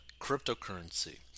cryptocurrency